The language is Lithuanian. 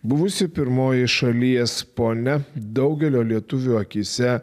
buvusi pirmoji šalies ponia daugelio lietuvių akyse